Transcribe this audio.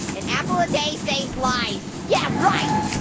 an apple a day saves lives. yeah, right!